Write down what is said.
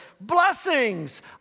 Blessings